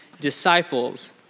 disciples